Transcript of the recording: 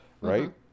right